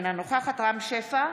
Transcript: אינה נוכחת רם שפע,